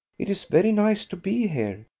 it is very nice to be here.